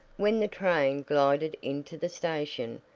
when the train glided into the station,